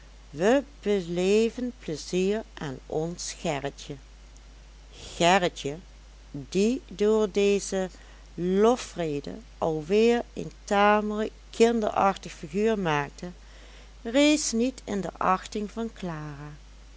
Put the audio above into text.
we beleven pleizier aan ons gerritje gerritje die door deze lofrede al weer een tamelijk kinderachtig figuur maakte rees niet in de achting van clara